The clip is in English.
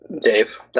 Dave